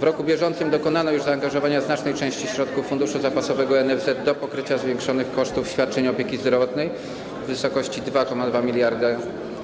W roku bieżącym dokonano już zaangażowania znacznej części środków funduszu zapasowego NFZ na pokrycie zwiększonych kosztów świadczeń opieki zdrowotnej o wysokości 2,2 mld